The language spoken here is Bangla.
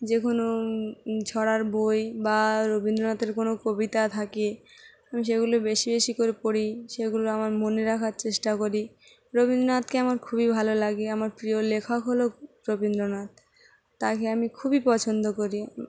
যে কোনো ছড়ার বই বা রবীন্দ্রনাথের কোনো কবিতা থাকে আমি সেগুলো বেশি বেশি করে পড়ি সেগুলো আমার মনে রাখার চেষ্টা করি রবীন্দ্রনাথকে আমার খুবই ভালো লাগে আমার প্রিয় লেখক হলো রবীন্দ্রনাথ তাকে আমি খুবই পছন্দ করি